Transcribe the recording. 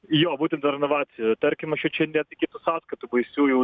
jo būtent dėl renovacijų tarkim aš jau čia net iki tų sąskaitų baisiųjų